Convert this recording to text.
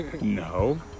No